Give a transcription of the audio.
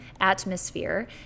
atmosphere